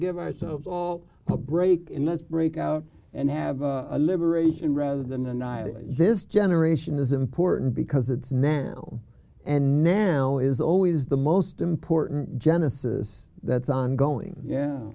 give ourselves all a break and let's break out and have a liberation rather than a night of this generation is important because it's now and now is always the most important genesis that's ongoing yeah